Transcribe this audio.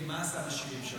מה עשה בגין בשנת 1973?